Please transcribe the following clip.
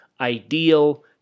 ideal